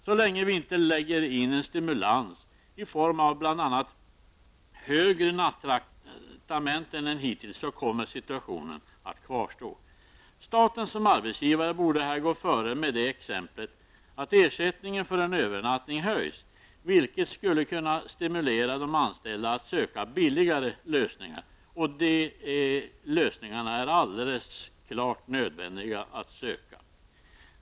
Så länge vi inte lägger på en stimulans i form av bl.a. högre nattraktamenten än hittills kommer situationen att kvarstå. Staten såsom arbetsgivare borde här gå före med det exemplet att ersättningen för en övernattning höjs, vilket skulle kunna stimulera de anställda att söka billigare lösningar. Sådana lösningar är klart nödvändiga att söka.